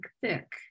thick